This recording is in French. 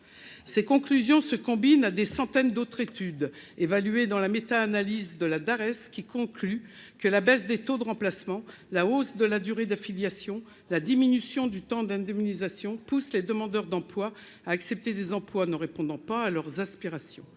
Ces conclusions se combinent à des centaines d'autres études évaluées dans la méta-analyse de la Dares, qui concluent que la baisse des taux de remplacement, la hausse de la durée d'affiliation et la diminution du temps d'indemnisation poussent les demandeurs d'emploi à accepter des emplois ne répondant pas à leurs aspirations.